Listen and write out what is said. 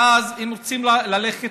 ואז הם רוצים ללכת